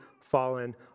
fallen